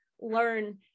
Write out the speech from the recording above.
learn